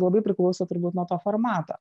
labai priklauso turbūt nuo to formato